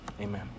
Amen